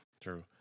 True